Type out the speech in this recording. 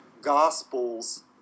Gospels